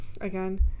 again